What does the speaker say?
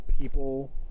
people